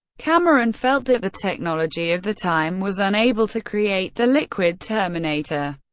cameron felt that the technology of the time was unable to create the liquid terminator,